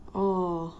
oh